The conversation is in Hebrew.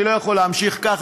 אני לא יכול להמשיך כך,